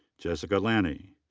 jessica lanie.